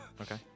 Okay